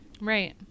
Right